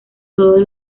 todos